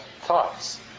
thoughts